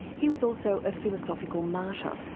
he was also a philosophical martyr.